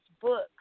books